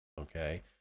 Okay